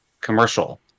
commercial